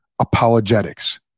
apologetics